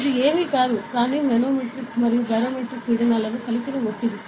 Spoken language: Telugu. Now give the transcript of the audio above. ఇది ఏమీ కాదు కానీ మనోమెట్రిక్ మరియు బారోమెట్రిక్ పీడనాలు కలిపిన ఒత్తిడి